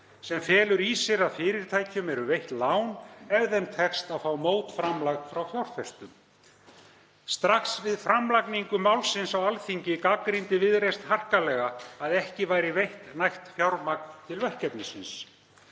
sem felur í sér að fyrirtækjum eru veitt lán ef þeim tekst að fá mótframlag frá fjárfestum. Strax við framlagningu málsins á Alþingi gagnrýndi Viðreisn harkalega að ekki væri veitt nægt fjármagn til verkefnisins.